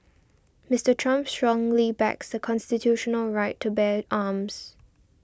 Mister Trump strongly backs the constitutional right to bear arms